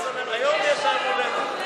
גברתי היושבת-ראש, היום יש לו יום הולדת.